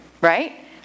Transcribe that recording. right